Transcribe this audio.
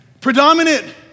predominant